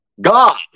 God